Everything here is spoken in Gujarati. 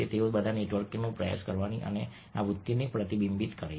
તેઓ બધા નેટવર્કનો પ્રયાસ કરવાની આ વૃત્તિને પ્રતિબિંબિત કરે છે